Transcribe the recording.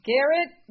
Garrett